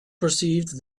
perceived